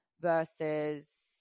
versus